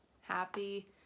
Happy